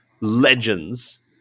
legends